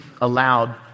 aloud